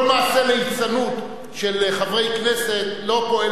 כל מעשה ליצנות של חברי כנסת לא פועל